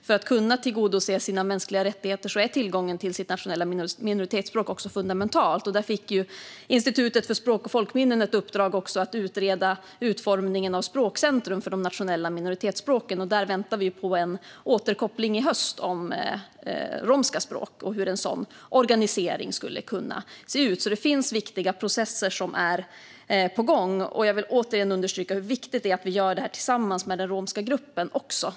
För att man ska få sina mänskliga rättigheter tillgodosedda är tillgången till ens nationella minoritetsspråk fundamentalt. Institutet för språk och folkminnen har fått ett uppdrag att utreda utformningen av språkcentrum för de nationella minoritetsspråken. Där väntar vi på en återkoppling i höst om romska språk och hur en sådan organisering skulle kunna se ut. Det finns alltså viktiga processer som är på gång, och jag vill återigen understryka hur viktigt det är att vi gör detta tillsammans med den romska gruppen.